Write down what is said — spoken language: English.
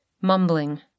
mumbling